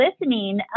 listening